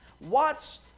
Watts